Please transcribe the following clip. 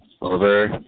over